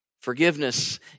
Forgiveness